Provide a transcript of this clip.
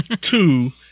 two